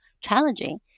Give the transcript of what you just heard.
challenging